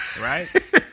Right